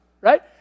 right